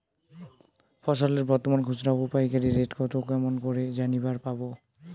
ফসলের বর্তমান খুচরা ও পাইকারি রেট কতো কেমন করি জানিবার পারবো?